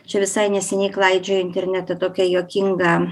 čia visai neseniai klaidžiojo internete tokia juokinga